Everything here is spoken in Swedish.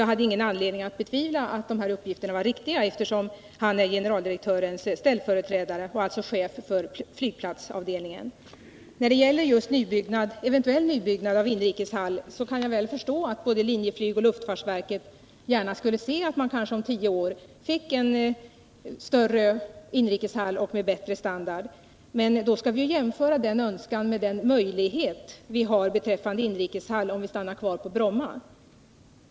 Jag hade ingen anledning att betvivla att uppgifterna var riktiga, eftersom han är generaldirektörens ställföreträdare och chef för flygplatsavdelningen. När det gäller ett eventuellt byggande av en ny inrikeshall kan jag mycket väl förstå att både Linjeflyg och luftfartsverket gärna skulle se att man om kanske tio år fick en större och bättre inrikeshall. Men då skall vi jämföra denna önskan med de möjligheter vi har med avseende på inrikeshall, om vi stannar kvar på Bromma.